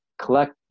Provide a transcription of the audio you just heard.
collect